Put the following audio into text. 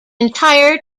entire